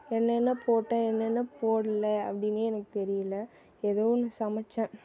என்னென்ன போட்டேன் என்னென்ன போடலை அப்படினே எனக்கு தெரியலை ஏதோ ஒன்று சமைத்தேன்